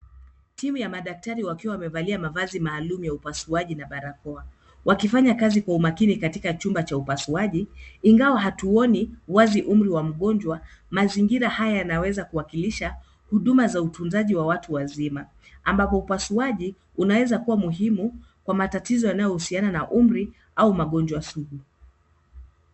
Timu ya madaktari wakiwa wamevalia mavazi maalum ya upasuaji na barakoa. Wakifanya kazi kwa umakini katika chumba cha upasuaji ingawa hatuoni wazi umri wa mgonjwa. Mazingira haya yanaweza kuwakilisha huduma za utunzaji wa watu wazima ambapo upasuaji unaweza kuwa muhimu kwa matatizo yanayohusiana umri au magonjwa sugu.